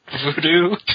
Voodoo